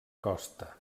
costa